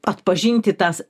atpažinti tas